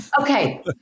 Okay